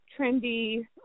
trendy